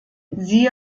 siehe